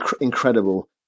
Incredible